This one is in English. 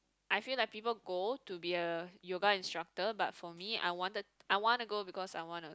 I feel like people go to be a yoga instructor but for me I wanted I wanna go because I wanna